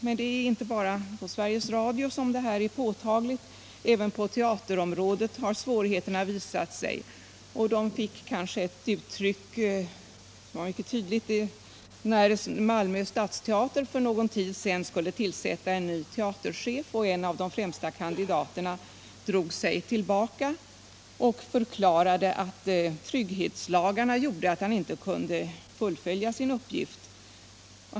Men det är inte bara på Sveriges Radio som detta är påtagligt; även på teaterområdet har svårigheterna visat sig. De kom till tydligt uttryck när Malmö stadsteater för någon tid sedan skulle tillsätta en ny teaterchef. En av de främsta kandidaterna drog sig tillbaka och förklarade att trygghetslagarna gjorde att han inte kunde fullfölja sin uppgift.